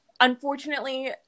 unfortunately